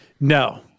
No